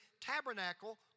tabernacle